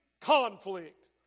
conflict